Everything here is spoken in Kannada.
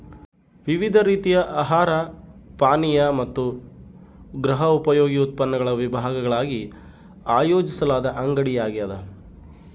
ವಿವಿಧ ರೀತಿಯ ಆಹಾರ ಪಾನೀಯ ಮತ್ತು ಗೃಹೋಪಯೋಗಿ ಉತ್ಪನ್ನಗಳ ವಿಭಾಗಗಳಾಗಿ ಆಯೋಜಿಸಲಾದ ಅಂಗಡಿಯಾಗ್ಯದ